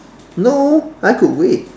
no I could wait